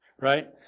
right